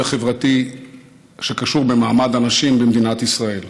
החברתי שקשור במעמד הנשים במדינת ישראל.